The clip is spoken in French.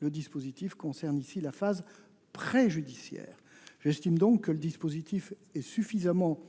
le dispositif concerne la phase préjudiciaire. J'estime donc qu'il est suffisamment